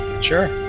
Sure